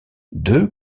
deux